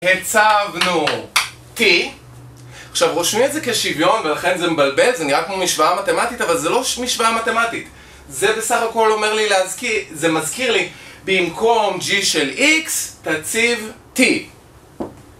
הצבנו t, עכשיו רושמים את זה כשוויון ולכן זה מבלבל, זה נראה כמו משוואה מתמטית אבל זה לא משוואה מתמטית זה בסך הכל אומר לי, זה מזכיר לי, במקום g של x תציב t